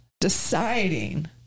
deciding